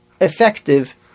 effective